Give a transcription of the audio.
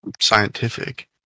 scientific